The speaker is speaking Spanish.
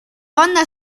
banda